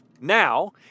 now